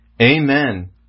Amen